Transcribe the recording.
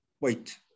Wait